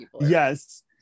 yes